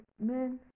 men